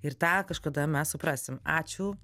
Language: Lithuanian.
ir tą kažkada mes suprasim ačiū